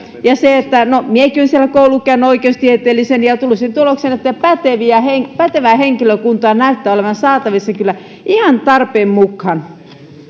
on minäkin olen siellä koulun käynyt oikeustieteellisen ja tullut siihen tulokseen että pätevää henkilökuntaa näyttää olevan saatavissa kyllä ihan tarpeen mukaan